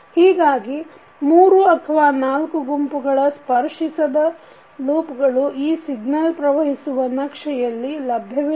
ಹೀಗಾಗಿ ಮೂರು ಅಥವಾ ನಾಲ್ಕು ಗುಂಪುಗಳ ಸ್ಪರ್ಶಿಸದ ಲೂಪ್ಗಳು ಈ ಸಿಗ್ನಲ್ ಪ್ರವಹಿಸುವ ನಕ್ಷೆಯಲ್ಲಿ ಲಭ್ಯವಿಲ್ಲ